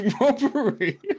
robbery